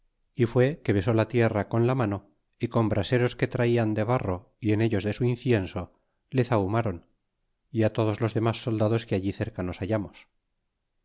y fué que besó la tierra con la mano y con braseros que traian de barro y en ellos de su incienso le zahurnáron y todos los demas soldados que allí cerca nos hallamos